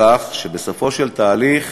כך שבסוף התהליך,